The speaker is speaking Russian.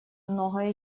многое